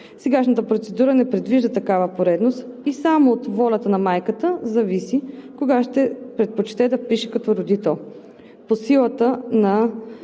Сегашната процедура не предвижда такава поредност и само от волята на майката зависи кого ще предпочете да впише като родител.